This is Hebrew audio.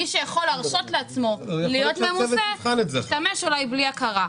מי שיכול להרשות לעצמו להיות ממוסה ישתמש אולי בלי הכרה,